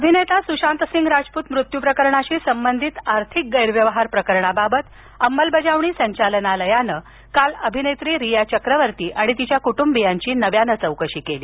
अभिनेता सुशांतसिंग राजपूत मृत्यू प्रकरणाशी संबंधित आर्थिक गैरव्यवहार प्रकरणाबाबत अंमलबजावणी संचालनालयानं काल अभिनेत्री रिया चक्रवर्ती आणि तिच्या कुटुंबियांची नव्यानं चौकशी केली